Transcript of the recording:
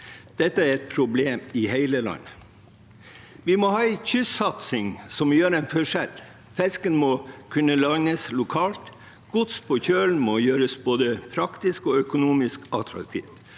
Dette er et problem i hele landet. Vi må ha en kystsatsing som utgjør en forskjell. Fisken må kunne landes lokalt. Gods på kjøl må gjøres både praktisk og økonomisk attraktivt,